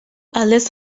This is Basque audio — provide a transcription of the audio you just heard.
aldez